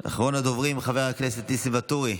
אחרון הדוברים, חבר הכנסת ניסים ואטורי,